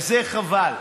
וזה חבל.